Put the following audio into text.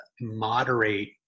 moderate